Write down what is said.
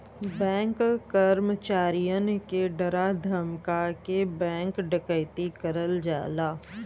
bank कर्मचारियन के डरा धमका के बैंक डकैती करल जाला